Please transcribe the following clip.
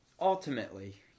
ultimately